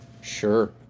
Sure